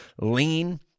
lean